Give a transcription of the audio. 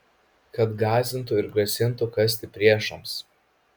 kad gąsdintų ir grasintų kąsti priešams